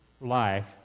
life